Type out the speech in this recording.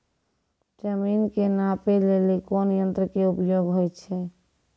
जमीन के नापै लेली कोन यंत्र के उपयोग होय छै?